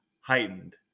heightened